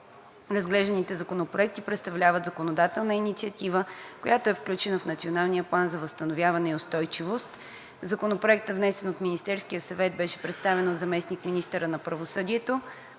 Разглежданите законопроекти представляват законодателна инициатива, която е включена в Националния план за възстановяване и устойчивост. Законопроектът, внесен от Министерския съвет, беше представен от заместник-министъра на правосъдието,